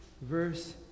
verse